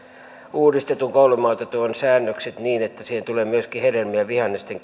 uudistetun koulumaitotuen säännökset niin että siihen tulee myöskin hedelmien ja vihannesten